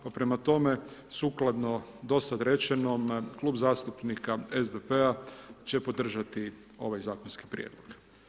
Pa prema tome, sukladno do sada rečenom Klub zastupnika SDP-a će podržati ovaj zakonski prijedlog.